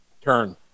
turn